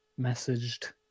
messaged